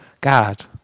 God